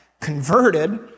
converted